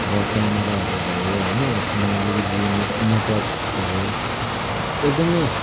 र क्यामेराहरू भयो होइन यसमा अलिकति नेटवर्कहरू एकदमै